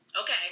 Okay